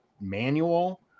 manual